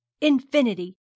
Infinity